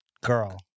Girl